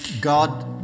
God